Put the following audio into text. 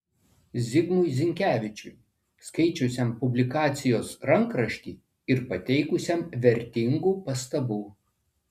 zigmui zinkevičiui skaičiusiam publikacijos rankraštį ir pateikusiam vertingų pastabų